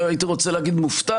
לא הייתי רוצה להיות מופתע,